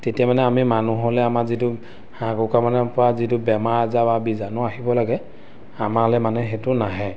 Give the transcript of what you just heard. তেতিয়া মানে আমি মানুহলৈ আমাৰ যিটো হাঁহ কুকাৰামানৰপৰা যিটো বেমাৰ আজাৰ বা বীজাণু আহিব লাগে আমালৈ মানে সেইটো নাহে